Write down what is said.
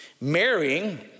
marrying